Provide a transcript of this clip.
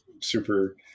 Super